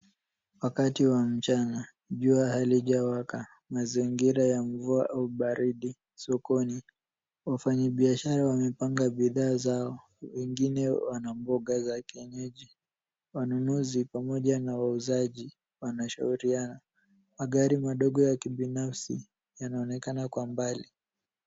Wakati wa mchana, jua halijawaka. Mazingira ya mvua au baridi sokoni. Wafanyabiashara wamepanga bidhaa zao, wengine wana mboga za kienyeji. Wanunuzi pamoja na wauzaji, wanashauriana. Magari madogo ya kibinafsi, yanaonekana kwa mbali.